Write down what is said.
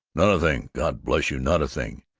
not a thing, god bless you, not a thing.